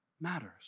matters